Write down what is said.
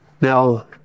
Now